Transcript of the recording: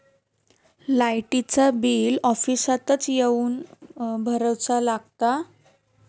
लाईटाचा बिल ऑफिसातच येवन भरुचा लागता?